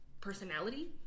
personality